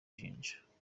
jinja